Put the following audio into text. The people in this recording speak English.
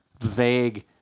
vague